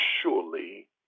surely